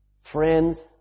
friends